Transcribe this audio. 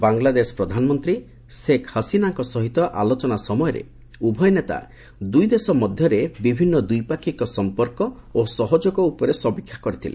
ବାଂଲାଦେଶ ପ୍ରଧାନମନ୍ତ୍ରୀ ଶେଖ ହସିନାଙ୍କ ସହିତ ଆଲୋଚନା ସମୟରେ ଉଭୟ ନେତା ଦୁଇ ଦେଶ ମଧ୍ୟରେ ବିଭିନ୍ନ ଦ୍ୱିପାକ୍ଷିକ ସମ୍ପର୍କ ଓ ସହଯୋଗ ଉପରେ ସମୀକ୍ଷା କରିଥିଲେ